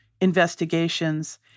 investigations